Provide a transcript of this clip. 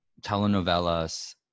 telenovelas